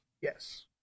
Yes